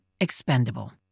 expendable